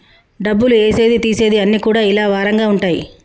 డబ్బులు ఏసేది తీసేది అన్ని కూడా ఇలా వారంగా ఉంటయి